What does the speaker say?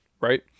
right